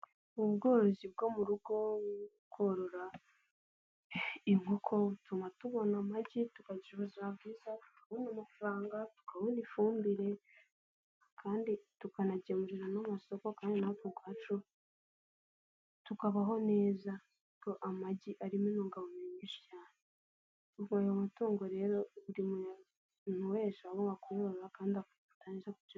Ubworozi bwo mu rugo bwo korora inkoko butuma tubona amagi tukagirab ubuzima bwiza, kubona amafaranga, tukabona ifumbire kandi tukanagemurira n'amasoko kandi natwe ubwacu tukabaho neza kuko amagi arimo intungamubiri nyinshi cyane ubwo rero ayo matungo rero buri muntu wese aho ushobora kuwubona akwiriye kuwufata neza.